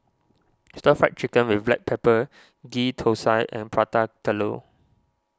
Stir Fried Chicken with Black Pepper Ghee Thosai and Prata Telur